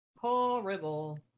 horrible